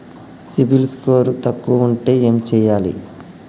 CIBIL score తక్కువ ఉంటే ఏం చేయాలి?